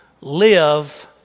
Live